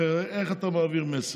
הרי איך אתה מעביר מסר?